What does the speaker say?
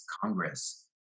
Congress